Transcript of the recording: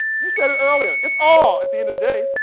you said it earlier. it's all, at the end of the day,